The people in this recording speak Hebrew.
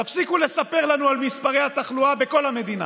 תפסיקו לספר לנו על התחלואה בכל המדינה.